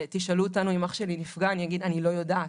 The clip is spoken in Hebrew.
שתשאלו אותנו אם אח שלי נפגע אני אגיד אני לא יודעת.